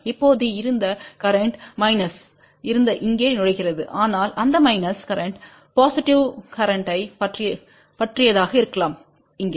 இப்போது இருந்த கரேன்ட்ம் மைனஸாக இருந்த இங்கே நுழைகிறது ஆனால் அந்த மைனஸ் கரேன்ட் பொசிட்டிவ் கரேன்ட்த்தைப் பற்றியதாக இருக்கலாம் இங்கே